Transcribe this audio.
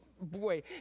boy